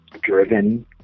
driven